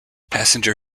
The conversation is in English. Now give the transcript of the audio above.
passenger